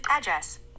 address